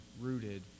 rooted